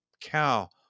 cow